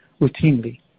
routinely